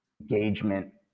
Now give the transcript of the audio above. engagement